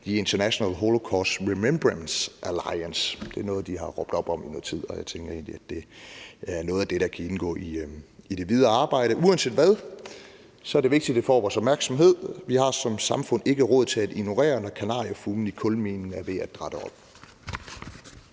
The International Holocaust Remembrance Alliance. Det er noget, de har råbt op om i noget tid, og jeg tænker egentlig, at det er noget af det, der kan indgå i det videre arbejde. Uanset hvad, er det vigtigt, at det får vores opmærksomhed. Vi har som samfund ikke råd til at ignorere det, når kanariefuglen i kulminen er ved at dratte om.